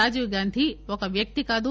రాజీవ్ గాంధీ ఒక వ్యక్తి కాదు